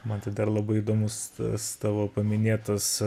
man tai dar labai įdomus tas tavo paminėtas